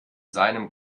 seinem